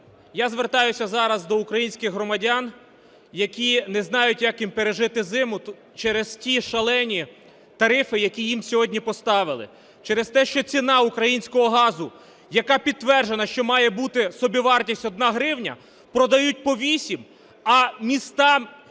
Я звертаюсь зараз до українських громадян, які не знають, як їм пережити зиму через ті шалені тарифи, які їм сьогодні поставили, через те, що ціна українського газу, яка підтверджена, що має бути собівартість 1 гривна, продають по 8, а містам